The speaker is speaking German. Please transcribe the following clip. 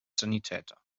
sanitäter